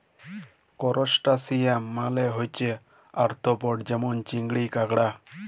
করসটাশিয়াল মালে হছে আর্থ্রপড যেমল চিংড়ি, কাঁকড়া